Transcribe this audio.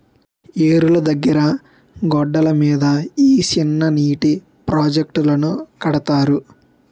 ఏరుల దగ్గిర గెడ్డల మీద ఈ సిన్ననీటి ప్రాజెట్టులను కడతారు